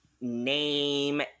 name